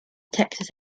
texas